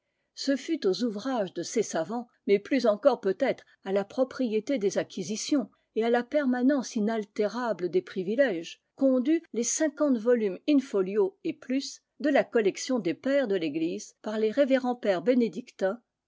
ce fut aux ouvrages de ces savants mais plus encore peut-être à la propriété des acquisitions et à la permanence inaltérable des privilèges qu'on dut les cinquante volumes in-folio et plus de la collection des pères de l'église par les